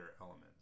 elements